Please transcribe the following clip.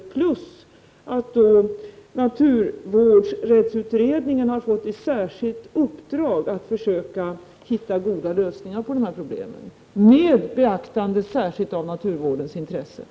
Därtill kommer att naturvårdsrättsutredningen har fått i särskilt uppdrag att försöka hitta goda lösningar på de här problemen, med särskilt beaktande av naturvårdens intressen.